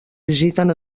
visiten